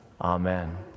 Amen